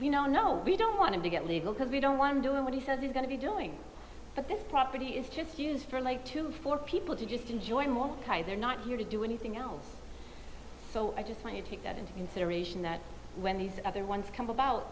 you know no we don't want to get legal because we don't want to do what he says he's going to be doing but this property is just used for like for people to just enjoy they're not here to do anything else so i just wanted to take that into consideration that when these other ones come about